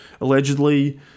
allegedly